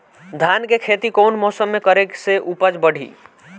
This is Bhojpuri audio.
धान के खेती कौन मौसम में करे से उपज बढ़ी?